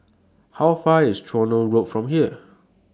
How Far IS Tronoh Road from here